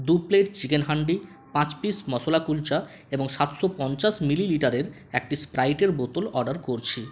দু plate chicken handi পাঁচ piece masala kulcha এবং সাতশো পঞ্চাশ মিলিলিটারের একটি স্প্রাইটের বোতল অর্ডার করছি